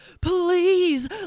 please